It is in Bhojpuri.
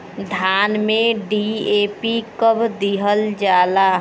धान में डी.ए.पी कब दिहल जाला?